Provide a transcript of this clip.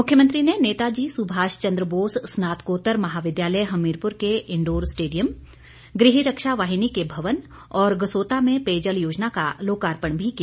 मुख्यमंत्री ने नेताजी सुभाष चंद्र बोस स्नातकोत्तर महाविद्यालय हमीरपुर के इंडोर स्टेडियम गृह रक्षा वाहिनी के भवन और गसोता में पेयजल योजना का लोकार्पण भी किया